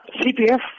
CPF